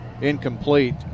incomplete